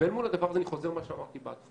אל מול הדבר הזה אני חוזר על מה שאמרתי בהתחלה.